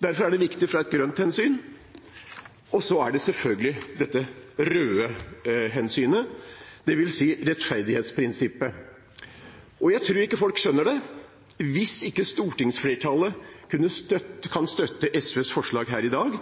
Derfor er det viktig ut fra et grønt hensyn – og selvfølgelig ut fra det røde hensynet, dvs. rettferdighetsprinsippet. Jeg tror ikke folk skjønner det hvis ikke stortingsflertallet kan støtte SVs forslag her i dag.